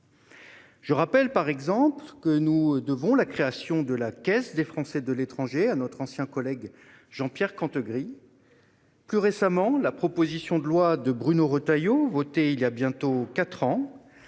Je rappelle par exemple que nous devons la création de la Caisse des Français de l'étranger à notre ancien collègue Jean-Pierre Cantegrit. Plus récemment, la proposition de loi de Bruno Retailleau, votée il y a bientôt trois